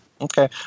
Okay